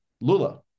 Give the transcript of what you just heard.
Lula